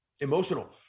emotional